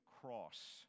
cross